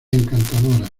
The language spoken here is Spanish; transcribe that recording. encantadora